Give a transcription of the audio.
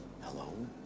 Hello